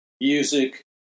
music